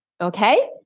okay